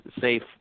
safe